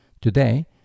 Today